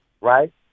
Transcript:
right